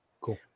Cool